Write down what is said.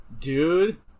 Dude